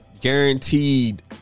guaranteed